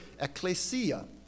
ecclesia